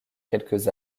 quelques